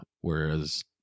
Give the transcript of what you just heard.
whereas